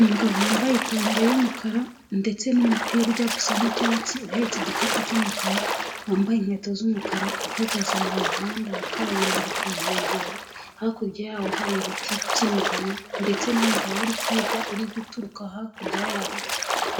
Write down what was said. Umugabo wambaye ipantaro yumukara ndetse n'umupira ujya gu gusa n'icyatsi uhetse igikapu cy'umukara wambaye inkweto z'umukara uhagaze mu muhanda wa kaburimbo ku nkengero hakurya yawo hari ibiti by'imigano ndetse n'umugabo uri hirya uri guturuka hakurya yaho